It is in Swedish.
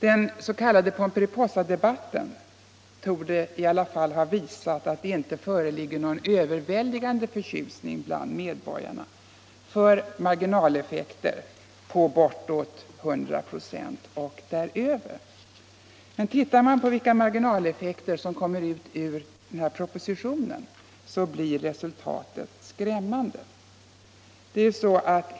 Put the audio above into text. Den s.k. Pomperipossadebatten torde ha visat att det inte råder någon översvallande glädje bland medborgarna över marginaleffekter på 100 96 och däröver. Ser man på vilka marginaleffekter som kommer ut ur propositionen, så finner man att resultatet blir skrämmande.